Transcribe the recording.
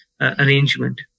arrangement